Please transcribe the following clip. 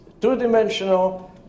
two-dimensional